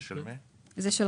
זה של רע"מ.